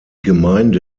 gemeinde